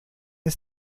ist